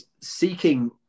seeking